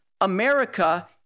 America